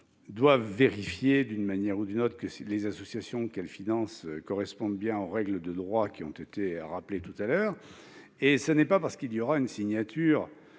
doivent vérifier, d'une manière ou d'une autre, que ces associations respectent bien les règles de droit qui ont été rappelées tout à l'heure. Ce n'est pas parce qu'il y aura une signature